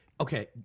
Okay